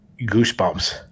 goosebumps